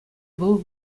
вӑл